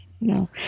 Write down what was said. No